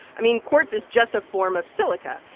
i mean, quartz is just a form of silica.